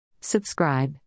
Subscribe